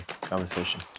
conversation